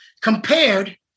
compared